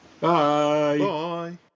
bye